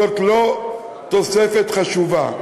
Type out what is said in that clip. זאת לא תוספת חשובה.